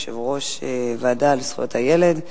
יושב-ראש הוועדה לזכויות הילד,